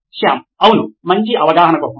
శ్యామ్ అవును మంచి అవగాహన కోసం